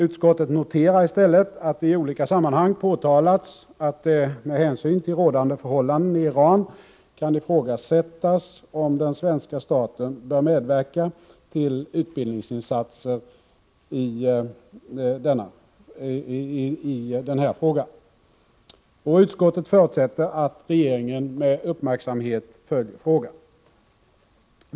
Utskottet noterar i stället att det i olika sammanhang påtalats att det med hänsyn till rådande förhållanden i Iran kan ifrågasättas om den svenska staten bör medverka till utbildningsinsatserna i fråga. Utskottet förutsätter att regeringen med uppmärksamhet följer frågan.